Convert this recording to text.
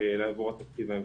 עבור התקציב הממשלתי.